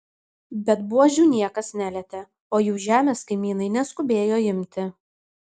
bet buožių niekas nelietė o jų žemės kaimynai neskubėjo imti